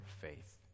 faith